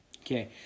Okay